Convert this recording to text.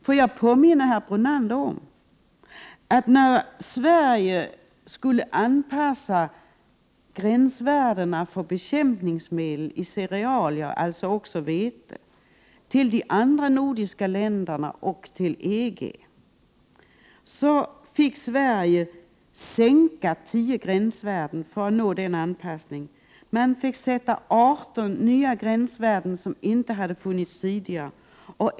Får jag påminna herr Brunander om att när Sverige skulle anpassa gränsvärdena för bekämpningsmedel i cerealier, alltså även i vetet, till de andra nordiska länderna och till EG, så fick Sverige lov att sänka 10 gränsvärden för att uppnå anpassning. Man fick sätta 18 nya gränsvärden, som man inte hade haft tidigare.